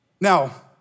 Now